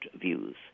views